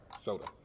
Soda